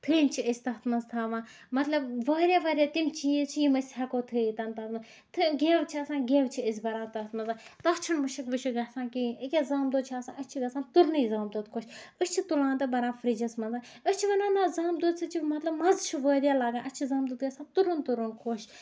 فِرِنۍ چھِ أسۍ تَتھ منٛز تھاوان مطلب واریاہ واریاہ تِم چیٖز چھِ یِم أسۍ ہیٚکو تھٲیِتھ تَتھ منٛز گیو چھُ آسان گیو چھِ أسۍ بران تَتھ منٛز تَتھ چھُنہٕ مُشُک وُشُک گژھان کہیٖنۍ أکیاہ زامُت دۄد چھُ آسان اَسہِ چھُ گژھان تُرنُے زامُت دۄد خۄش أسۍ چھِ تُلان تہٕ بَران فرجَس منٛز أسۍ چھِ وَنان نہ زامُت دۄد سۭتۍ چھُ مطلب مَزٕ چھُ واریاہ لگان اَسہِ چھُ زامُت دۄد گژھان تُرُن تُرُن خۄش